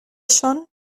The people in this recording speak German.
schon